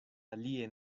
alie